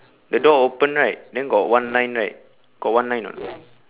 the door open right then got one line right got one line or not